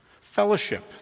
fellowship